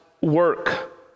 work